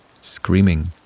screaming